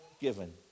given